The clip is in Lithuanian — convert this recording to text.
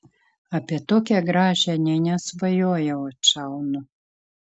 apie tokią gražią nė nesvajojau atšaunu